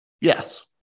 yes